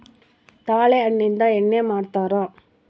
ತಾಳೆ ಹಣ್ಣಿಂದ ಎಣ್ಣೆ ಮಾಡ್ತರಾ